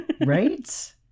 Right